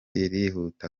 irihuta